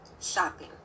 Shopping